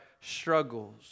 struggles